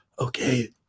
okay